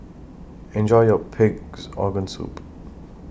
Enjoy your Pig'S Organ Soup